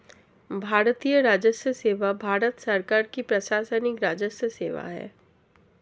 भारतीय राजस्व सेवा भारत सरकार की प्रशासनिक राजस्व सेवा है